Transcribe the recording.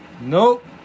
Nope